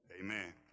Amen